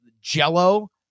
jello